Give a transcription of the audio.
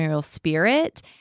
spirit